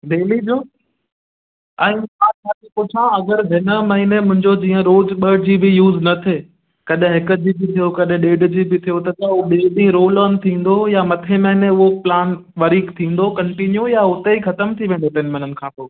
daily जो ऐं मां छा थो पुछां अगरि बिना महिने मुंहिंजो जीअं रोज ॿ जी बी यूज़ न थिए कॾहिं हिकु जी बी थियो कॾहिं ॾेढ जी बी थियो त उहो ॿिए ॾींहं रोलऑन थींदो यां मथे महिने उहो प्लान वरी थींदो कंटीन्यू यां उते ई ख़तमु थी वेंदो टिनि महिननि खां पोइ